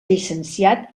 llicenciat